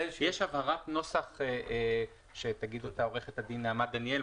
יש רק הבהרת נוסח שתגיד עורכת הדין נעמה דניאל,